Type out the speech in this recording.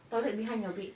toilet behind your bed